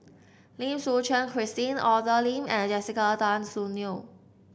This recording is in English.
Lim Suchen Christine Arthur Lim and Jessica Tan Soon Neo